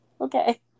Okay